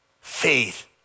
Faith